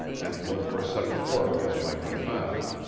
and look for such work as might be found.